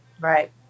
Right